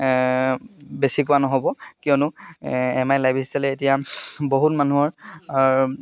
বেছি কোৱা নহ'ব কিয়নো এম আই লাইফ ষ্টাইলে এতিয়া বহুত মানুহৰ